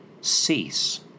Cease